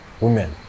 women